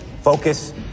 focus